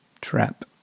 trap